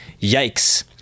yikes